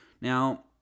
Now